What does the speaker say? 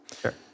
Sure